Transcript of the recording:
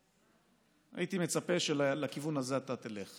הייתי מצפה שלכיוון הזה אתה תלך.